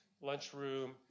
lunchroom